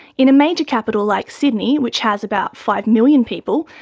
in a major capital like sydney which has about five million people,